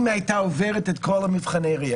אם היא הייתה עוברת את כל מבחני ה-RIA.